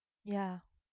ya